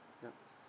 yup